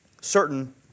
certain